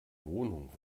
wohnung